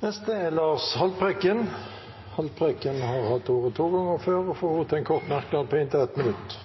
Representanten Lars Haltbrekken har hatt ordet to ganger tidligere og får ordet til en kort merknad, begrenset til 1 minutt.